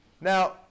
now